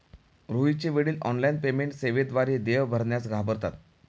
रोहितचे वडील online payment सेवेद्वारे देय भरण्यास घाबरतात